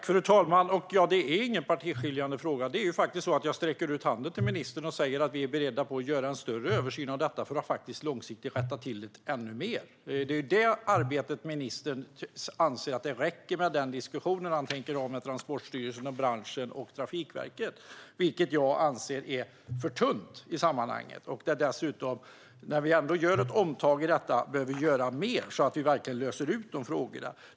Fru talman! Detta är ingen partiskiljande fråga. Det är faktiskt så att jag sträcker ut handen till ministern och säger att vi är beredda att göra en större översyn av detta för att långsiktigt rätta till det ännu mer. Det är i det arbetet ministern anser att det räcker med den diskussion han tänker ha med Transportstyrelsen, branschen och Trafikverket, vilket jag anser är för tunt i sammanhanget. När vi ändå gör ett omtag i detta behöver vi göra mer, så att vi verkligen löser dessa frågor.